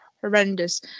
horrendous